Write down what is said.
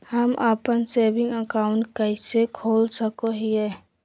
हम अप्पन saving account कइसे खोल सको हियै?